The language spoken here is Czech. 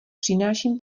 přináším